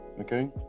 okay